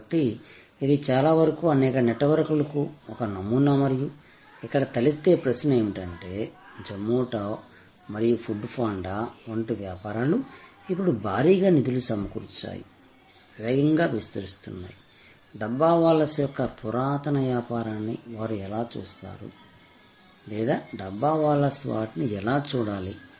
కాబట్టి ఇది చాలా వరకు అనేక నెట్వర్క్లకు ఒక నమూనా మరియు ఇక్కడ తలెత్తే ప్రశ్న ఏమిటంటే జొమాటో మరియు ఫుడ్ పాండా వంటి వ్యాపారాలు ఇప్పుడు భారీగా నిధులు సమకూర్చాయి వేగంగా విస్తరిస్తున్నాయి డబ్బావాలాస్ యొక్క ఈ పురాతన వ్యాపారాన్ని వారు ఎలా చూస్తారు లేదా డబ్బావాలాస్ వాటిని ఎలా చూడాలి